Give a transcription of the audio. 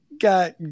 got